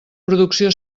producció